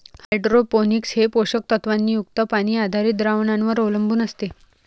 hydroponics हे पोषक तत्वांनी युक्त पाणी आधारित द्रावणांवर अवलंबून असते